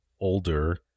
older